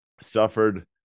suffered